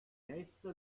nächste